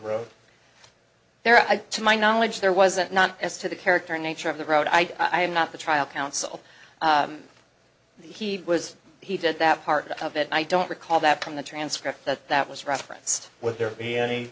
road there to my knowledge there wasn't not as to the character nature of the road i i am not the trial counsel he was he did that part of it i don't recall that from the transcript that that was referenced with there be any